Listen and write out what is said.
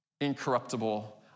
incorruptible